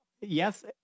yes